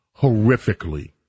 horrifically